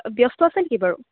ব্যস্ত আছে নেকি বাৰু